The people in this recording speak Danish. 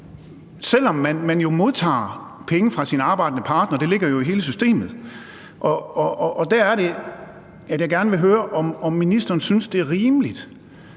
selv om man jo modtager penge fra sin arbejdende partner. Det ligger jo i hele systemet, og der er det, jeg gerne vil høre, om ministeren synes, det er rimeligt,